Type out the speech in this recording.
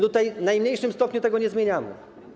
Tutaj w najmniejszym stopniu tego nie zmieniamy.